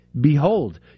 Behold